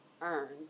earned